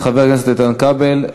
חבר הכנסת איתן כבל,